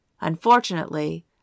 Unfortunately